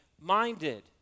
minded